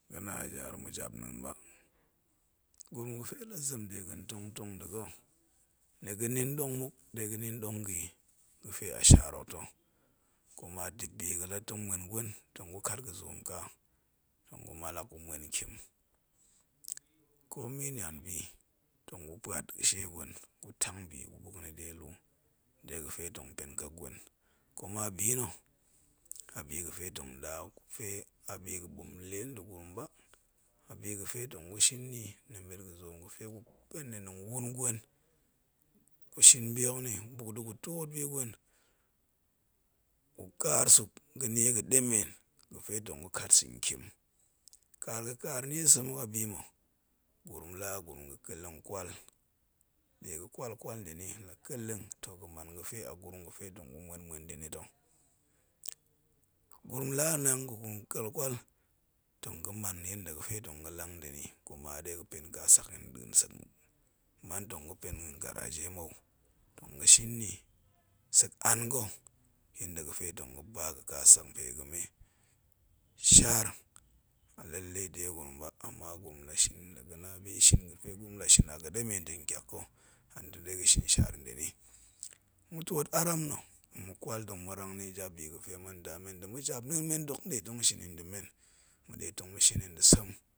Ga̱na̱ a jaar ma̱japna̱a̱n ba, gurum ga̱fe la zem de ga tong tong nda̱ ga̱, ni ga̱nin ɗong muk, ɗega̱ nin ɗong ga yi, ga̱fe a shaar hok ta̱ kuma dip bi ga̱ la muen gwen tong gukat ga̱zoom ka, tong gu mallak gu muen ntiem, komi nian bi tong gupuat ga̱shie gwen gu tang bi gu buk nni de lu de ga̱fe tong pen kek gwen, kuma bi nna̱ a bi ga̱fe tong ɗa gufe abi ga̱ɓom lee nda̱ gurum ba, a bi ga̱ zoom, ga̱fe gupen ni nɗa̱a̱n wun gwen, gushin bi hok nni buk da̱ gu twoot bi gwen, gu kaar suk ga̱ niega̱ɗemen ga̱fe tong gu kat santiem, kaar ga̱kaar nie nsem hoka bi ma̱? Gurum la a gurum ga̱ kelleng kwal, ɗe ga̱ kwal kwal nda̱ ni la kelleng, toh ga̱man ga̱fe a gurum ga̱fe tong gu muen muen nda̱ ni ta̱, gurum la a niang ga̱ kel kwal tong ga̱ man ni yeda ga̱fe tong ga̱lang nda̱ ni, kuna ɗega̱ penƙa sak yi nɗa̱a̱n sek muk, man tong ga̱pen nɗa̱a̱n garaje mou, tong ga̱ ni sek an ga̱, yenda ga̱fe tong ga̱ ba ga̱ kasak nda̱a̱n pe ga̱ ga̱me, shaar a leile de gurum ba, ama gurum la shin, la ga̱na bishin gape gurum lashin a ga̱ɗemen ta̱ ntyak ga̱ anita̱ ɗega̱ shin shaar yi nda̱ ni, ma̱twoot aram nna̱, ma̱kwal tong ma̱ rangnie jabbi ga̱te ma̱nda men nda̱ ma̱japna̱a̱n men duk nɗe tong shin yi nda̱ men ma̱nɗe tong ma̱shin yi nda̱ sem